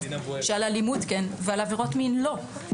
שעל אלימות כן ועל עבירות מין לא.